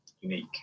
unique